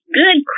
good